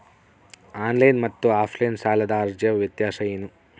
Online ಮತ್ತು offline ಸಾಲದ ಅರ್ಜಿಯ ವ್ಯತ್ಯಾಸ ಏನು?